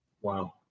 Wow